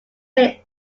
may